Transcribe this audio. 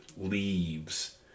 leaves